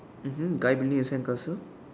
mmhmm guy building sandcastle